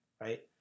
right